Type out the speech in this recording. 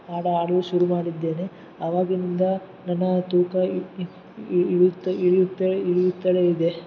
ಆಟ ಆಡಲು ಶುರು ಮಾಡಿದ್ದೇನೆ ಆವಾಗಿನಿಂದ ನನ್ನ ತೂಕ ಇಳಿತ್ತೆ ಇಳಿಯುತ್ತೆ ಇಳಿಯುತ್ತಲೇ ಇದೆ